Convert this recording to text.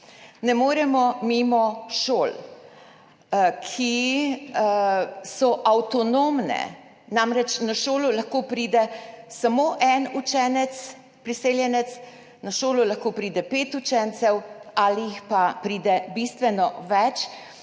Ne moremo mimo šol, ki so avtonomne. Namreč, na šolo lahko pride samo en učenec priseljenec, na šolo lahko pride pet učencev ali jih pa pride bistveno več,